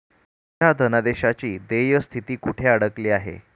माझ्या धनादेशाची देय स्थिती कुठे अडकली आहे?